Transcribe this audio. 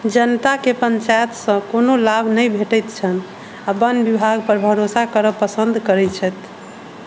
जनताके पञ्चायतसँ कोनो लाभ नहि भेटैत छनि आ वन विभाग पर भरोसा करब पसंद करैत छथि